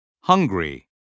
Hungry